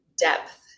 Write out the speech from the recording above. depth